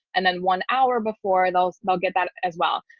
and then one hour before they'll they'll get that as well.